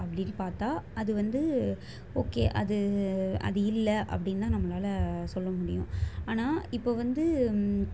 அப்டின்னு பார்த்தா அது வந்து ஓகே அது அது இல்லை அப்டின்னு தான் நம்மளால் சொல்ல முடியும் ஆனால் இப்போ வந்து